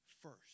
first